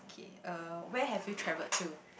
okay uh where have you travelled to